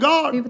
God